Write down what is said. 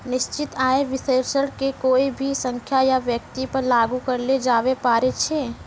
निश्चित आय विश्लेषण के कोय भी संख्या या व्यक्ति पर लागू करलो जाबै पारै छै